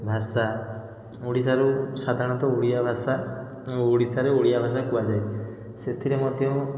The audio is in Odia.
ଭାଷା ଓଡ଼ିଶାରୁ ସାଧାରଣତଃ ଓଡ଼ିଆ ଭାଷା ଓଡ଼ିଶାରେ ଓଡ଼ିଆ ଭାଷା କୁହଯାଏ ସେଥିରେ ମଧ୍ୟ